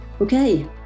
okay